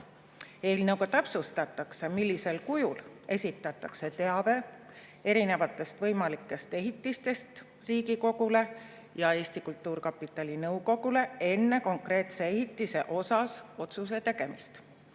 Eelnõuga täpsustatakse, millisel kujul esitatakse teave erinevatest võimalikest ehitistest Riigikogule ja Eesti Kultuurkapitali nõukogule enne konkreetse ehitise kohta otsuse tegemist.